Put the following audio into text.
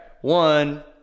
one